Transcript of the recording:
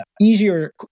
easier